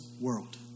world